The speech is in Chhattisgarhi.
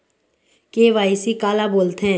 के.वाई.सी काला बोलथें?